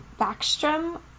Backstrom